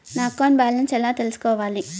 నా account balance ఎలా తెల్సుకోవాలి